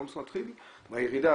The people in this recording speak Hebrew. העומס מתחיל מהצמיחה,